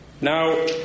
Now